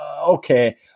okay